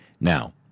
Now